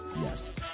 Yes